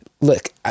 look